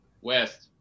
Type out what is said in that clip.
West